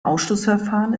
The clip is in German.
ausschlussverfahren